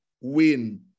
win